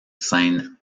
seine